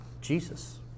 Jesus